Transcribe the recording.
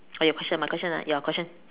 or your question my question ah your question